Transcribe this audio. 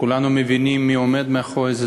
כולנו מבינים מי עומד מאחורי זה,